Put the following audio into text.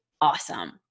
awesome